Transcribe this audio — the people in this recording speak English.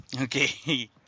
Okay